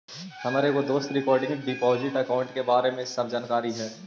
हमर एगो दोस्त के रिकरिंग डिपॉजिट अकाउंट के बारे में सब जानकारी हई